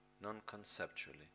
non-conceptually